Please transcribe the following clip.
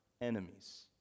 enemies